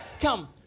Come